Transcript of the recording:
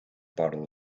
bottle